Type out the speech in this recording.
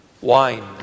wine